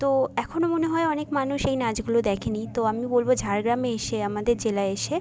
তো এখনও মনে হয় অনেক মানুষ এই নাচগুলো দেখেনি তো আমি বলব ঝাড়গ্রামে এসে আমাদের জেলায় এসে